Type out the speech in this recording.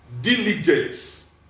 Diligence